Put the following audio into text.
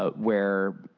ah where